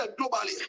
globally